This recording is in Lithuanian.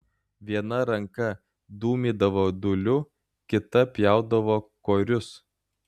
viena ranka dūmydavo dūliu kita pjaudavo korius